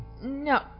No